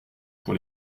pour